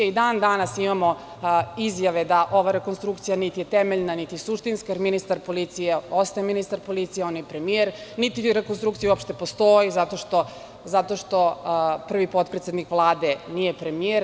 I dan danas imamo izjave da ova rekonstrukcija niti je temeljna, niti suštinska, jer ministar policije ostaje ministar policije, on je premijer, niti rekonstrukcija uopšte postoji zato što prvi potpredsednik Vlade nije premijer.